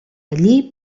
allí